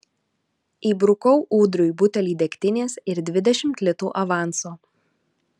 įbrukau ūdriui butelį degtinės ir dvidešimt litų avanso